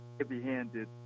heavy-handed